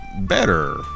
better